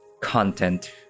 content